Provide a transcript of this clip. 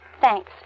Thanks